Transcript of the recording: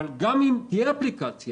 אבל גם אם תהיה אפליקציה,